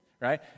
right